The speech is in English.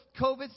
COVID